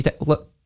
Look